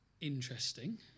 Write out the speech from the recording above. interesting